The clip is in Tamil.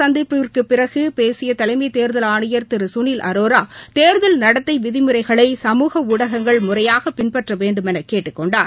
சந்திப்பிற்கு பேசிய தலைமை தேர்தல் இந்த பிறகு ஆணையர் திரு சுனில் அரோரா தேர்தல் நடத்தை விதிமுறைகளை சமூக ஊடகங்கள் முறையாக பின்பற்ற வேண்டுமென கேட்டுக்கொண்டார்